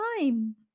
time